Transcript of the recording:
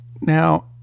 Now